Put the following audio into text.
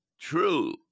true